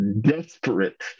desperate